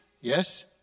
yes